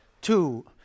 two